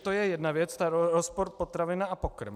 To je jedna věc, rozpor potravina a pokrm.